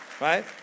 Right